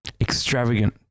extravagant